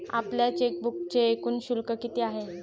आपल्या चेकबुकचे एकूण शुल्क किती आहे?